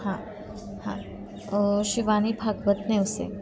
हां हां शिवानी भागवत नेवसे